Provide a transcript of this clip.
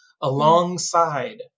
alongside